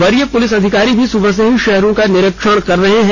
वरीय पुलिस अधिकारी भी सुबह से ही शहर का निरीक्षण कर रहे हैं